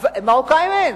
מרוקאים אין.